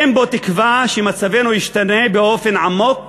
אין בו תקווה שמצבנו ישתנה באופן עמוק